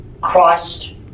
Christ